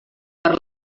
per